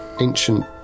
ancient